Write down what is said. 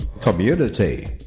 Community